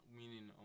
meaning